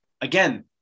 again